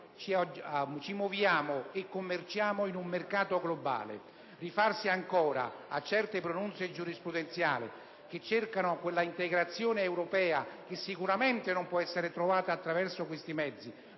ci muoviamo e convergiamo in un mercato globale. Il rifarsi ancora a certe pronunce giurisprudenziali che cercano quella integrazione europea, che sicuramente non può essere trovata attraverso questi mezzi